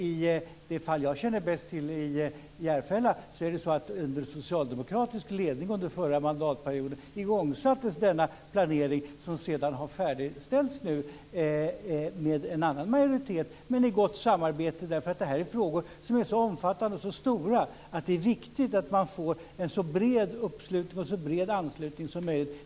I Järfälla, som jag känner bäst till, igångsattes denna planering under socialdemokratisk ledning under den förra mandatperioden. Och det här har nu färdigställts med en annan majoritet. Men detta har skett i gott samarbete, eftersom det här är frågor som är så omfattande och stora att det är viktigt att man får en så bred uppslutning och anslutning som möjligt.